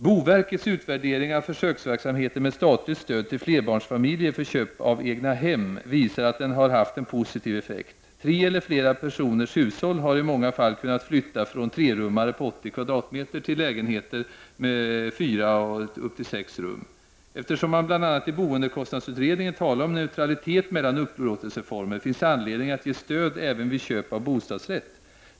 Boverkets utvärdering av försöksverksamheten med statligt stöd till flerbarnsfamiljer för köp av egnahem visar att den har haft en positiv effekt. Tre eller flera personers hushåll har i många fall kunnat flytta till trerummare på 80 m? till lägenheter med fyra eller upp till sex rum. Eftersom man bl.a. i boendekostnadsutredningen talar om neutralitet mellan upplåtelseformer finns det anledning att ge stöd även vid köp av bostadsrätt.